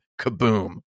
Kaboom